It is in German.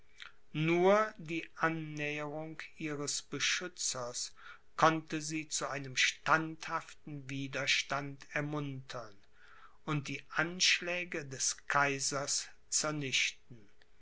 nur die annäherung ihres beschützers konnte sie zu einem standhaften widerstand ermuntern und die anschläge des kaisers